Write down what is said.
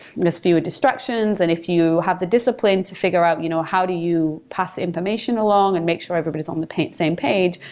there's fewer distractions, and if you have the discipline to figure out you know how do you pass information along and make sure everybody is on the same page.